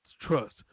trust